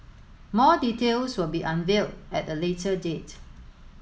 more details will be unveiled at a later date